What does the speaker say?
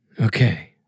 Okay